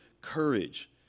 courage